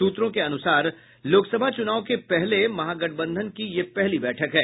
सूत्रों के अनुसर लोकसभा चुनाव के पहले महागठबंधन की यह पहली बैठक है